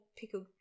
pickled